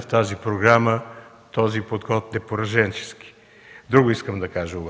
в тази програма този подход е пораженчески. Друго искам да кажа –